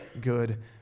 good